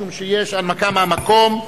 משום שיש הנמקה מן המקום,